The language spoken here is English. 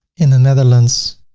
in the netherlands,